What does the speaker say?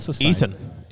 Ethan